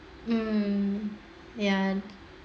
um ya